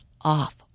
off